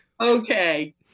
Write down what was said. okay